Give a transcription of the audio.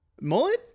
Mullet